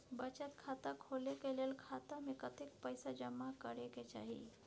बचत खाता खोले के लेल खाता में कतेक पैसा जमा करे के चाही?